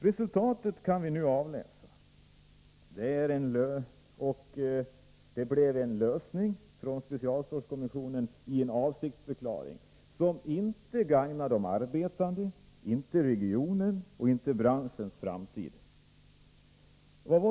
Resultatet kan vi nu avläsa i specialstålskommissionens avsiktsförklaring till dess lösning, som inte gagnar de arbetande, inte gagnar regioner, och inte gagnar branschens framtid.